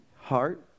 heart